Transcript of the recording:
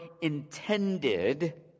intended